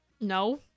No